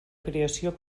creació